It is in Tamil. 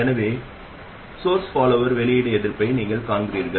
எனவே மூலப் பின்தொடர்பவரின் வெளியீட்டு எதிர்ப்பை நீங்கள் காண்கிறீர்கள்